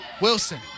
Wilson